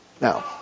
Now